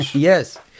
Yes